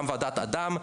גם ועדת אדם,